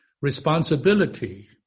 responsibility